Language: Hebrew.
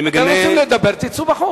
אתם רוצים לדבר, תצאו החוצה.